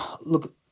look